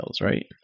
right